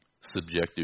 subjective